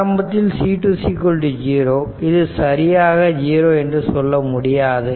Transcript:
ஆரம்பத்தில் C2 0 இது சரியாக 0 என சொல்ல முடியாது